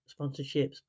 sponsorships